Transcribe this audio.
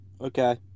Okay